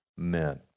men